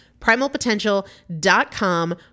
Primalpotential.com